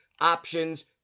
options